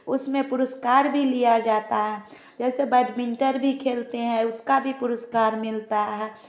उसमे पुरस्कार भी लिया जाता है जैसे बैडमिंटल भी खेलते है उसका भी पुरस्कार मिलता हैं